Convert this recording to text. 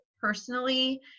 personally